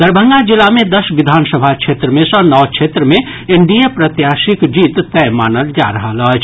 दरभंगा जिला मे दस विधानसभा क्षेत्र मे सॅ नओ क्षेत्र मे एनडीए प्रत्याशीक जीत तय मानल जा रहल अछि